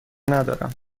ندارم